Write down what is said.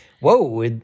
Whoa